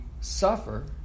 suffer